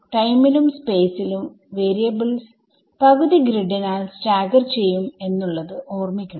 ടൈമിലും സ്പേസിലും വാരിയബിൾസ് പകുതി ഗ്രിഡിനാൽ സ്റ്റാഗർ ചെയ്യും എന്നുള്ളത് ഓർമിക്കണം